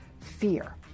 fear